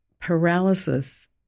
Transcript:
paralysis